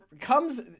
comes